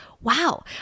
wow